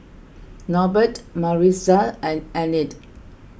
Norbert Maritza and Enid